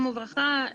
וברכה.